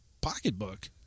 pocketbook